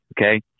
okay